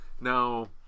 Now